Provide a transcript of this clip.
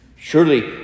Surely